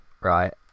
right